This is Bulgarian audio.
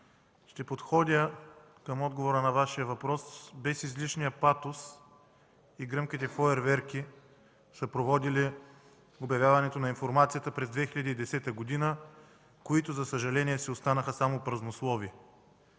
Ще подходя към отговора на Вашия въпрос без излишния патос и гръмките фойерверки, съпроводили обявяването на информацията през 2010 г., което за съжаление си остана само празнословие.